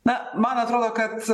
na man atrodo kad